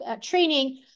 training